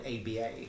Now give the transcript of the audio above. aba